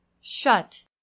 shut